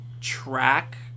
track